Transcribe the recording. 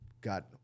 got